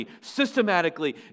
systematically